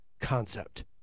concept